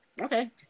Okay